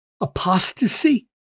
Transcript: apostasy